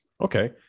Okay